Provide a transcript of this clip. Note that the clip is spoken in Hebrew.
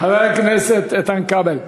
חבר הכנסת איתן כבל.